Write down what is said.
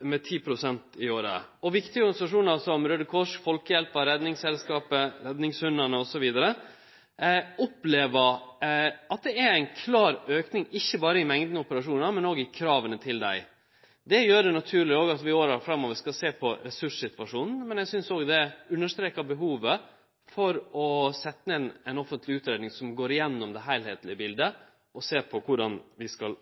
året. Viktige organisasjonar som Raude Krossen, Folkehjelpa, Redningsselskapet, Redningshundane, osv. opplever at det er ei klar auke ikkje berre i mengda operasjonar, men òg i krava til dei. Det gjer det naturlig at vi i åra framover ser på ressurssituasjonen, men eg synest òg det understreker behovet for å setje ned ei offentleg utgreiing som går gjennom det heilskaplege biletet, og ser på korleis vi skal